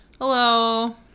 Hello